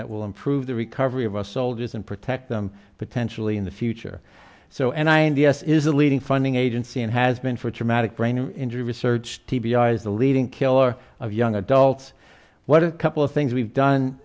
that will improve the recovery of our soldiers and protect them potentially in the future so and i in the us is a leading funding agency and has been for traumatic brain injury research t b i is the leading killer of young adults what a couple of things we've done